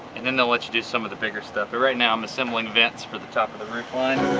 and then they'll let you do some of the bigger stuff. but right now, i am assembling vents for the top of the roof line.